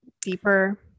deeper